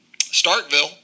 Starkville